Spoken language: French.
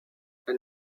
elle